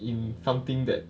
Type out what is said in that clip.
in something that